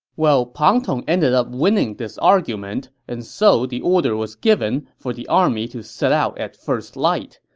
well, pang tong ended up winning this argument, and so the order was given for the army to set out at first light.